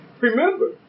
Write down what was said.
Remember